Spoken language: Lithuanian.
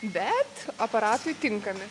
bet aparatui tinkami